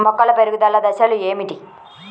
మొక్కల పెరుగుదల దశలు ఏమిటి?